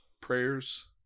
prayers